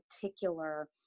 particular